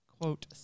Quote